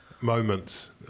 moments